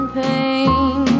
pain